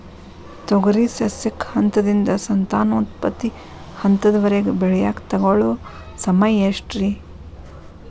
ತೊಗರಿ ಸಸ್ಯಕ ಹಂತದಿಂದ, ಸಂತಾನೋತ್ಪತ್ತಿ ಹಂತದವರೆಗ ಬೆಳೆಯಾಕ ತಗೊಳ್ಳೋ ಸಮಯ ಎಷ್ಟರೇ?